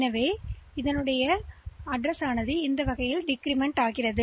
எனவே அந்த வழியில் அது குறைந்து கொண்டே செல்லும்